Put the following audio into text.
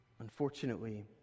Unfortunately